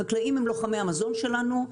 החקלאים הם לוחמי המזון שלנו.